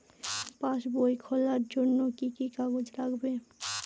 পাসবই খোলার জন্য কি কি কাগজ লাগবে?